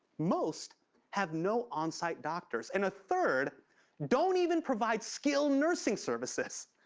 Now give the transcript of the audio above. most have no on-site doctors, and a third don't even provide skilled nursing services.